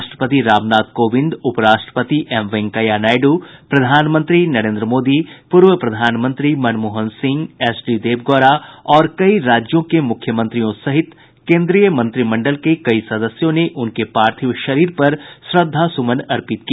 राष्ट्रपति रामनाथ कोविंद उप राष्ट्रपति एम वेंकैया नायडू प्रधानमंत्री नरेंद्र मोदी पूर्व प्रधानमंत्री मन मोहन सिंह एच डी देवगौड़ा और कई राज्यों के मुख्यमंत्रियों सहित केंद्रीय मंत्रिमंडल के कई सदस्यों ने उनके पार्थिव शरीर पर श्रद्धासुमन अर्पित किया